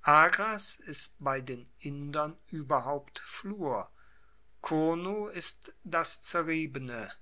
agras ist bei den indern ueberhaupt flur krnu ist das zerriebene